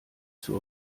zur